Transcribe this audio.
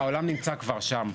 העולם נמצא כבר שם.